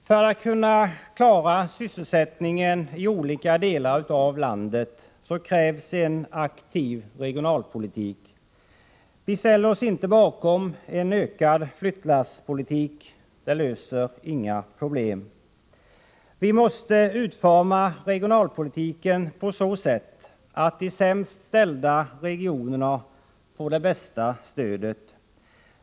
För att kunna klara sysselsättningen i olika delar av landet krävs en aktiv regionalpolitik. Vi ställer oss inte bakom en ökad flyttlasspolitik, för den löser inga problem. Vi måste utforma regionalpolitiken på så sätt att de sämst ställda regionerna får det bästa stödet.